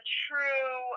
true